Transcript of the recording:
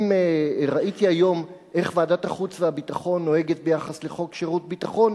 ראיתי היום איך ועדת החוץ והביטחון נוהגת ביחס לחוק שירות ביטחון.